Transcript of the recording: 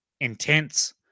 intense